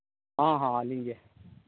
ᱦᱮᱸ ᱦᱮᱸ ᱟᱹᱞᱤᱧ ᱜᱮ